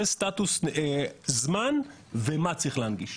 זה סטטוס של זמן ומה צריך להנגיש.